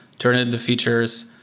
turn it into features,